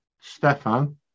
Stefan